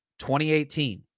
2018